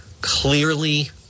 clearly